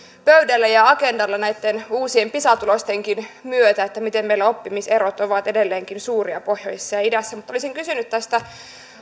pöydällä ja agendalla näitten uusien pisa tulostenkin myötä miten meillä oppimiserot ovat edelleenkin suuria pohjoisessa ja idässä mutta olisin kysynyt tästä